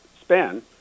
span